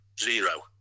Zero